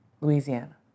Louisiana